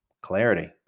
clarity